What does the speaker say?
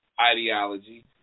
ideology